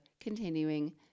continuing